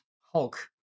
Hulk